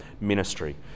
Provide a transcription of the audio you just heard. ministry